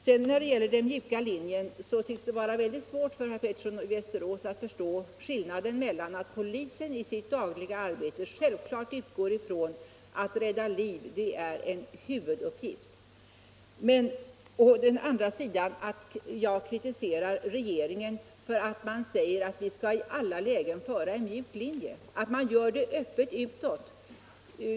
När det sedan gäller den mjuka linjen tycks det vara mycket svårt för herr Pettersson i Västerås att förstå skillnaden mellan att å ena sidan polisen i sitt dagliga arbete utgår från att det är en huvuduppgift att rädda liv, men att jag å andra sidan kritiserar regeringen för att den säger att vi i alla lägen skall hålla en mjuk linje och att den gör det öppet, utåt.